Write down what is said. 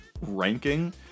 ranking